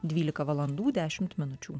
dvylika valandų dešimt minučių